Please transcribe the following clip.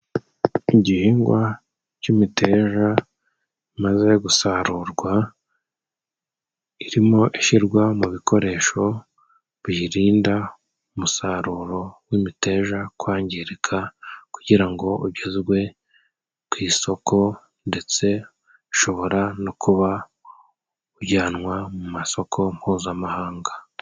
Igihingwa cy'imiteja imaze gusarurwa, irimo ishirwa mu bikoresho biyirinda umusaruro w'imiteja kwangirika kugira ngo ugezwe ku isoko ndetse ushobora no kuba ujyanwa mu masoko mpuzamahanga.